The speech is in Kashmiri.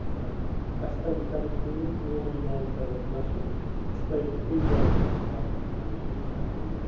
اَسہِ پَزِ یہِ کَرٕنۍ کٲم یِمَن جایَن پَزِ اَسہِ گَژھُن اَسہِ پَزِ اٮ۪نجایمٮ۪نٛٹ کَرُن یِمَن یِمَن جاین منٛز